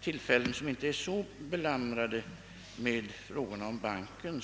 tillfällen då vi inte är så upptagna med frågorna om banken.